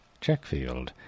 Checkfield